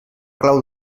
clau